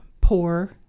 poor